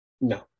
No